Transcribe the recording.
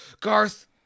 Garth